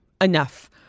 enough